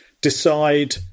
decide